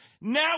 Now